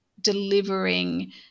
delivering